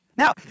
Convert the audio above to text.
Now